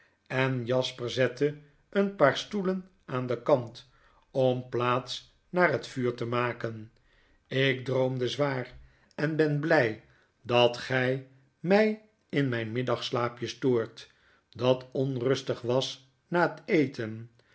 en jasper zette een paar stoelen aan kant om plaats naar het viiur te maken ik droomde zwaar en ben big dat gy my in myn middagrslaapje stoort dat onrustig was na het eten